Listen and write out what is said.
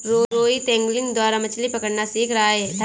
Rohit angling द्वारा मछ्ली पकड़ना सीख रहा है